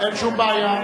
אין שום בעיה.